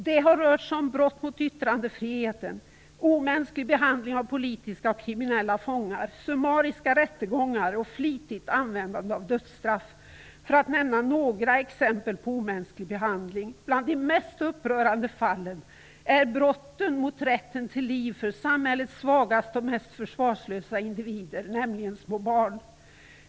Det har rört sig om brott mot yttrandefriheten, omänsklig behandling av politiska och kriminella fångar, summariska rättegångar och flitigt användande av dödsstraff, för att nämna några exempel på omänsklig behandling. Bland de mest upprörande fallen är brotten mot rätten till liv för samhällets svagaste och mest försvarslösa individer, nämligen små barn.